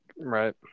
Right